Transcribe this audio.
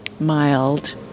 Mild